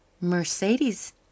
Mercedes